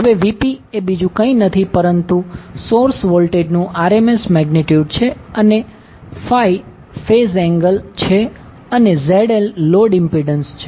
હવે Vpએ બીજું કઈ નથી પરંતુ સોર્સ વોલ્ટેજનુ RMS મેગ્નિટ્યુડ છે અને ∅ ફેઝ એંગલ છે અને ZL લોડ ઇમ્પિડન્સ છે